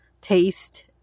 taste